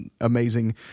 amazing